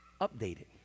updated